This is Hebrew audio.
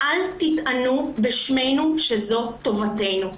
אל תטענו בשמנו שזו טובתנו.